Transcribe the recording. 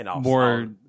More